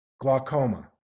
glaucoma